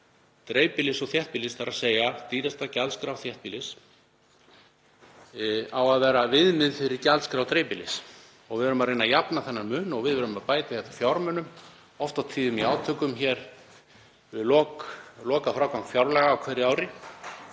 dreifbýlis og þéttbýlis, þ.e. dýrasta gjaldskrá þéttbýlis á að vera viðmið fyrir gjaldskrár dreifbýlis. Við erum að reyna að jafna þennan mun og við erum að bæta í þetta fjármunum, oft og tíðum í átökum hér við lokafrágang fjárlaga á hverju ári,